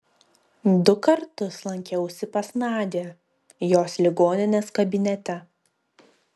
du kartus lankiausi pas nadią jos ligoninės kabinete